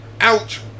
ouch